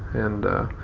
and,